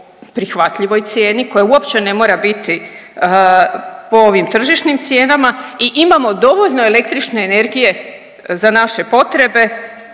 prihvatljivoj cijeni, koja uopće ne mora biti po ovim tržišnim cijenama i imamo dovoljno električne energije za naše potrebe